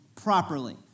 properly